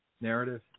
narrative